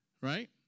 right